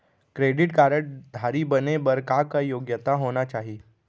Credit card धारी बने बर का का योग्यता होना चाही?